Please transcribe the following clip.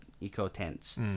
eco-tents